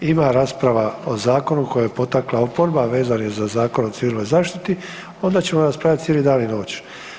Ima rasprava o zakonu koji je potakla oporba a vezan je za Zakon o civilnoj zaštiti, onda ćemo raspravljati cijeli dan i noć.